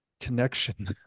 connection